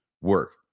work